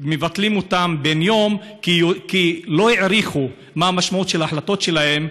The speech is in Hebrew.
שמבטלים אותן בן יום כי לא העריכו מה המשמעות של ההחלטות שלהם,